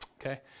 Okay